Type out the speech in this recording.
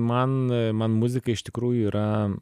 man man muzika iš tikrųjų yra